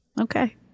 Okay